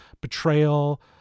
betrayal